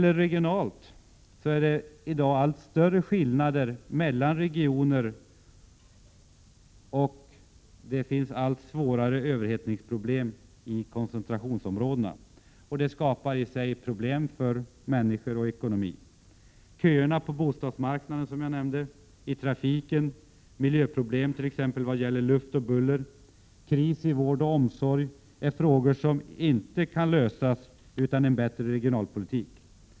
Regionalt sett är det i dag allt större skillnader mellan regioner, och det finns allt svårare överhettningsproblem i koncentrationsområdena. Detta skapar problem för såväl människor som ekonomi. Köerna på bostadsmarknaden och i trafiken, miljöproblem, t.ex. vad gäller luft och buller, kris i vård och omsorg — detta är frågor som inte kan lösas utan en bättre regionalpolitik.